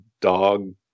dog